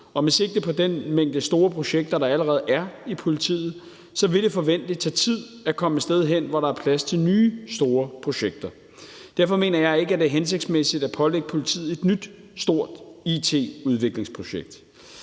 og med sigte på den mængde store projekter, der allerede er i politiet, vil det forventelig tage tid at komme et sted hen, hvor der er plads til nye store projekter. Derfor mener jeg ikke, det er hensigtsmæssigt at pålægge politiet et nyt stort it-udviklingsprojekt.